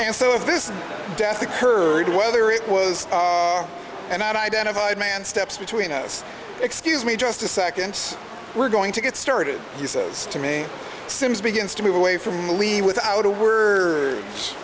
and so if this death occurred whether it was an identified man steps between us excuse me just a second we're going to get started he says to me sims begins to move away from leave without a word